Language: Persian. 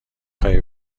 خواهی